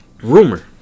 rumor